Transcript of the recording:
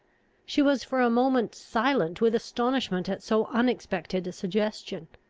she was for a moment silent with astonishment at so unexpected a suggestion.